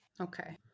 Okay